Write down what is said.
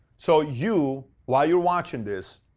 so, you, while you're watching this,